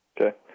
Okay